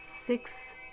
Six